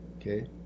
okay